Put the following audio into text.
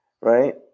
right